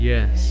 Yes